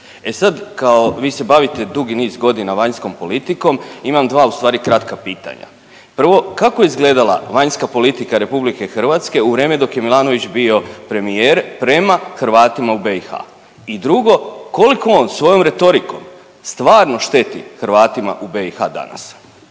E sad, kao vi se bavite dugi niz godina vanjskom politikom imam dva ustvari kratka pitanja. Prvo kako je izgledala vanjska politika RH u vrijeme dok je Milanović bio premijer prema Hrvatima u BiH? I drugo koliko on svojom retorikom stvarno šteti Hrvatima u BiH danas?